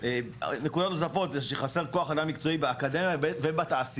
נקודות נוספות הן שחסר כוח אדם מקצועי באקדמיה ובתעשייה.